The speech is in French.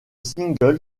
single